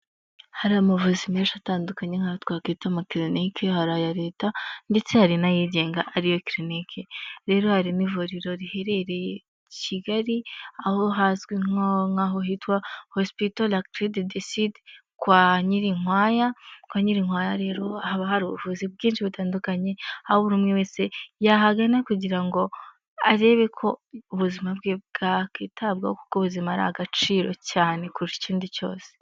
Hari amavuzi menshi atandukanye nkayo twakwita ama clinic hari aya leta ndetse hari nayigenga ariyo clinic rero hari n'ivuriro riherereye kigali aho hazwi ko hitwa hospital la croix du sud kwa nyirinkwaya kwa nyirinkwaya rero haba hari ubuvuzi bwinshi butandukanye aho buri umwe wese yahagana kugira ngo arebe ko ubuzima bwe bwakwitabwaho kuko ubuzima ari agaciro cyane kurusha ikindi cyose.